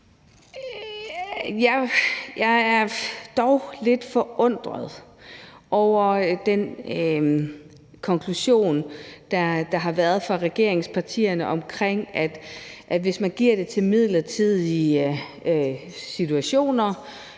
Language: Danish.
Jeg er dog lidt forundret over den konklusion, der har været fra regeringspartiernes side, om, at hvis man giver det til midlertidige situationer,